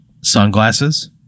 sunglasses